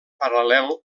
paral·lel